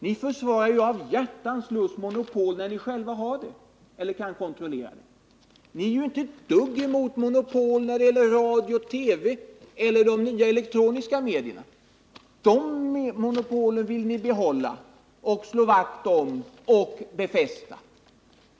Ni försvarar av hjärtans lust monopol när ni själva har eller kan kontrollera dem. Ni är inte det minsta emot monopol när det gäller radio och TV eller de nya elektroniska medierna. De monopolen vill ni slå vakt om och befästa.